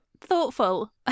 thoughtful